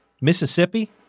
Mississippi